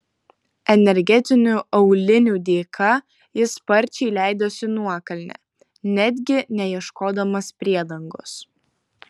energetinių aulinių dėka jis sparčiai leidosi nuokalne netgi neieškodamas priedangos